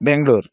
Bengaluru